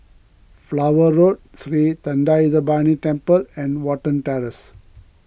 Flower Road Sri thendayuthapani Temple and Watten Terrace